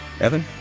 Evan